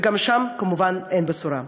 וגם שם, כמובן, אין בשורה.